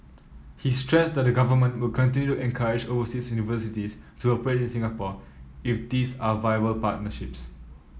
he stressed that the Government will continue encourage overseas universities to operate in Singapore if these are viable partnerships